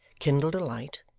kindled a light,